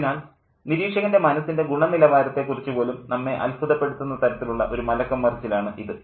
അതിനാൽ നിരീക്ഷകൻ്റെ മനസ്സിൻ്റെ ഗുണനിലവാരത്തെക്കുറിച്ച് പോലും നമ്മെ അത്ഭുതപ്പെടുത്തുന്ന തരത്തിലുള്ള ഒരു മലക്കം മറിച്ചിലാണ് ഇത്